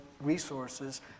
resources